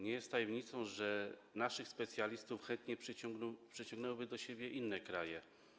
Nie jest tajemnicą, że naszych specjalistów chętnie przyciągnęłyby do siebie inne kraje.